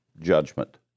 judgment